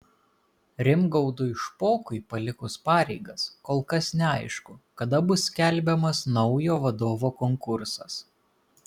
rimgaudui špokui palikus pareigas kol kas neaišku kada bus skelbiamas naujo vadovo konkursas